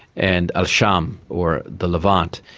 and al-sham um or the levant,